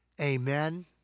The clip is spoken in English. amen